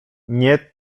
nie